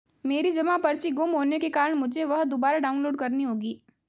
मेरी जमा पर्ची गुम होने के कारण मुझे वह दुबारा डाउनलोड करनी होगी